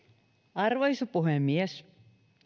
arvoisa puhemies